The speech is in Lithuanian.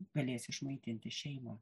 galės išmaitinti šeimą